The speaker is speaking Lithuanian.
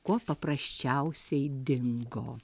kuo paprasčiausiai dingo